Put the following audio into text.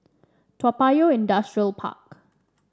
Toa Payoh Industrial Park